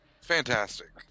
Fantastic